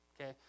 Okay